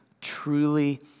truly